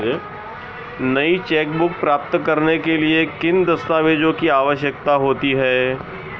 नई चेकबुक प्राप्त करने के लिए किन दस्तावेज़ों की आवश्यकता होती है?